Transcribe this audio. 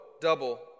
double